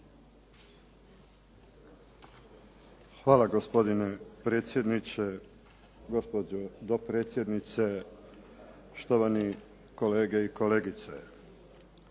Hvala. Gospodine predsjedniče, gospođo dopredsjednice, štovani kolege i kolegice.